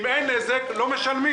אם אין נזק לא משלמים.